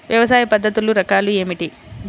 వ్యవసాయ పద్ధతులు రకాలు ఏమిటి?